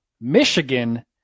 Michigan